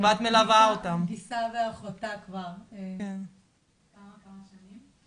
ואני גיסה ואחותה כבר הרבה שנים.